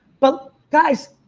but guys,